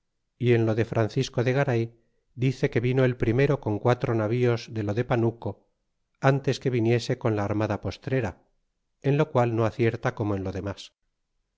y en lo de francisco de garay dice que vino el primero con quatro navíos de lo de panuco antes que viniese con la armada postrera en lo qual no acierta como en lo demas